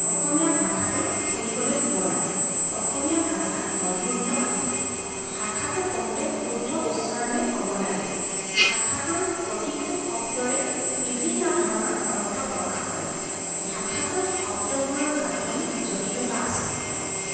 অসমীয়া ভাষাটো শুনিবলৈ শুৱলা অসমীয়া ভাষাত মধুৰতম আছে ভাষাটো কওঁতে শুদ্ধ উচ্চাৰণে ক'ব লাগে ভাষাটোৰ প্ৰতিটো শব্দৰে বিভিন্ন ধৰণৰ অৰ্থ প্ৰকাশ হয় ভাষাটোৰ শব্দবোৰৰ গাঁঠনিত জটিলতা আছে